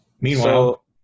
Meanwhile